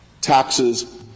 taxes